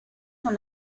son